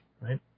right